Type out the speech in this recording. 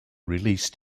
released